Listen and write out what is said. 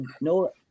no